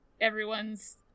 everyone's